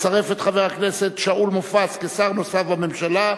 לצרף את חבר הכנסת שאול מופז כשר נוסף בממשלה,